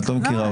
את לא מכירה לי.